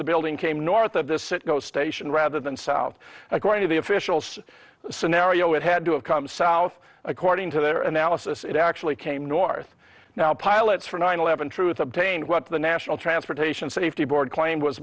the building came north of the citgo station rather than south according to the officials scenario it had to have come south according to their analysis it actually came north now pilots for nine eleven truth obtained what the national transportation safety board claimed was